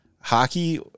Hockey